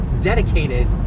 dedicated